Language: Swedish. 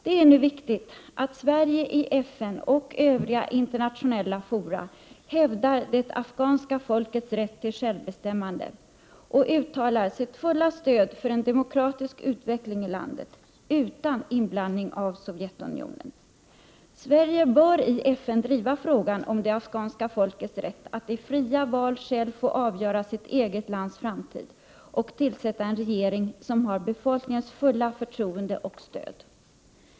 Det är nu viktigt att Sverige i FN och i övriga internationella fora hävdar det afghanska folkets rätt till självbestämmande och uttalar sitt fulla stöd för en demokratisk utveckling i landet utan inblandning av Sovjetunionen. Sverige bör i FN driva frågan om det afghanska folkets rätt att i fria val själv få avgöra sitt eget lands framtid och tillsätta en regering som har befolkningens fulla förtroende och stöd.